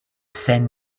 send